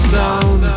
down